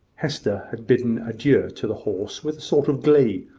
hester had bidden adieu to the horse with a sort of glee,